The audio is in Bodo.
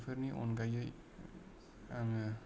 बेफोरनि अनगायै आङो